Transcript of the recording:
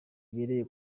ibereye